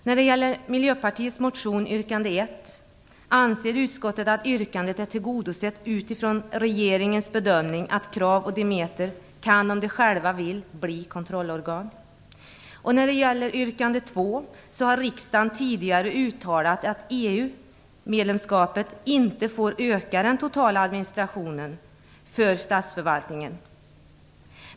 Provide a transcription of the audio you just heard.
När det gäller Miljöpartiets motion yrkande 1 anser utskottet att yrkandet är tillgodosett med tanke på regeringens bedömning att KRAV och Demeter kan, om de själva vill, bli kontrollorgan. När det gäller yrkande 2 har riksdagen tidigare uttalat att EU medlemskapet inte får öka den totala administrationen för statsförvaltningen.